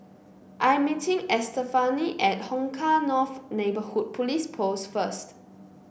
I'm meeting Estefany at Hong Kah North Neighbourhood Police Post first